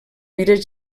mires